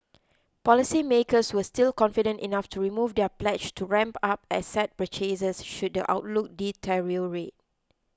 policy makers were still confident enough to remove their pledge to ramp up asset purchases should the outlook deteriorate